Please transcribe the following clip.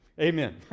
Amen